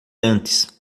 antes